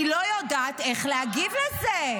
אני לא יודעת איך להגיב על זה.